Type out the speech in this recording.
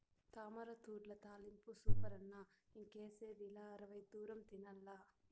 తామరతూడ్ల తాలింపు సూపరన్న ఇంకేసిదిలా అరవై దూరం తినాల్ల